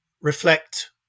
reflect